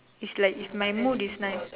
is like if my mood is nice